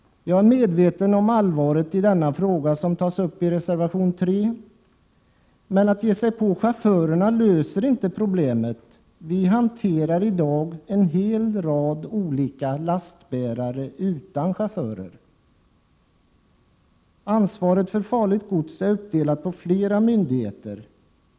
Jag är medveten om allvaret i den fråga som tas uppi reservation 3, men att ge sig på chaufförerna löser inte problemet. Vi hanterar i dag en hel rad olika lastbärare utan chaufförer. Ansvaret för farligt gods är uppdelat på flera myndigheter.